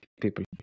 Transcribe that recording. people